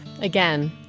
Again